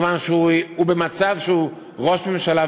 מכיוון שהוא במצב שהוא ראש הממשלה,